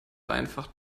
einfach